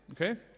okay